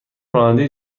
راننده